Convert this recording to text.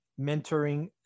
mentoring